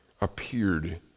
appeared